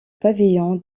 pavillon